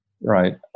right